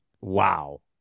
wow